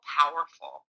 powerful